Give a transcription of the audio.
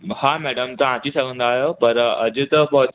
हा मैडम तव्हां अची सघंदा आहियो पर अॼु त प